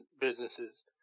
businesses